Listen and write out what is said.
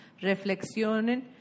reflexionen